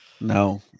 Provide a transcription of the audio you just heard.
No